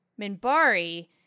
Minbari